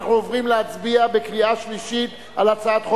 אנחנו עוברים להצביע בקריאה שלישית על הצעת חוק